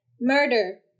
Murder